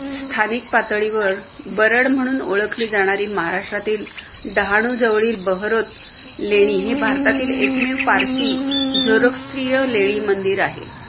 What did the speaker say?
स्थानिक पातळीवर बरड म्हणून ओळखली जाणारी महाराष्ट्रातील डहाणूजवळील बहरोत लेणी हे भारतातील एकमेव पारशी झोरोकस्ट्रीय लेणी मंदिर आहे